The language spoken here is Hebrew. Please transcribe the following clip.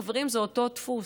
חברים, זה אותו דפוס,